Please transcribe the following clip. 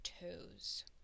toes